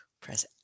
press